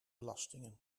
belastingen